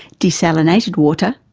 desalinated water,